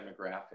demographic